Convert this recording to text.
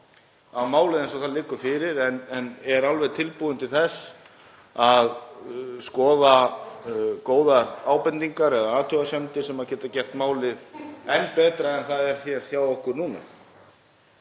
á málið eins og það liggur fyrir en er alveg tilbúinn til þess að skoða góðar ábendingar eða athugasemdir sem geta gert málið enn betra en það er hér hjá okkur núna.